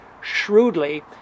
shrewdly